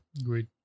Agreed